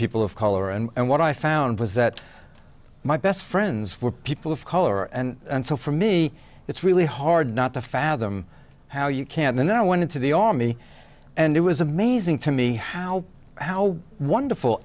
people of color and what i found was that my best friends were people of color and so for me it's really hard not to fathom how you can and then i went into the army and it was amazing to me how how wonderful